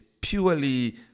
purely